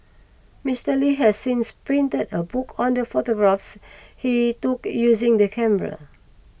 Mister Li has since printed a book on the photographs he took using the camera